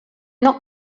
not